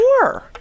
more